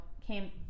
came